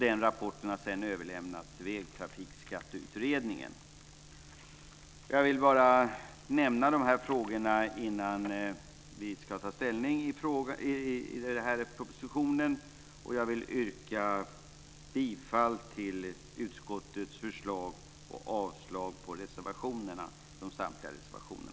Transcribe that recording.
Den rapporten har sedan överlämnats till Jag vill bara nämna dessa frågor innan vi ska ta ställning till den här propositionen. Jag vill yrka bifall till utskottets förslag och avslag på samtliga reservationer.